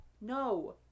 No